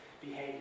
behavior